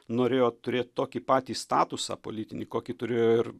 norėjo turėt tokį patį statusą politinį kokį turėjo ir